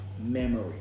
memory